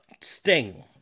Sting